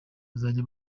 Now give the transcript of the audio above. bazajya